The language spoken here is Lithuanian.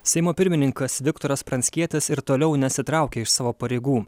seimo pirmininkas viktoras pranckietis ir toliau nesitraukia iš savo pareigų